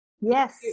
yes